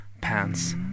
pants